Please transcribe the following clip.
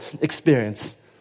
experience